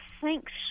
thanks